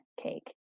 cake